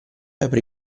aprì